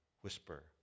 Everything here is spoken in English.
whisper